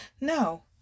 No